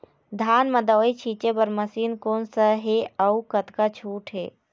धान म दवई छींचे बर मशीन कोन सा हे अउ कतका छूट हे?